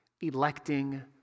electing